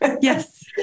Yes